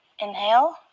inhale